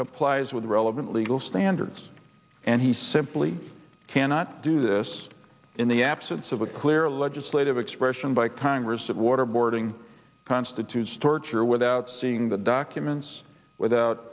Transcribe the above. complies with the relevant legal standards and he said really cannot do this in the absence of a clear legislative expression by congress that waterboarding constitutes torture without seeing the documents without